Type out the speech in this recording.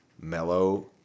Mellow